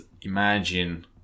imagine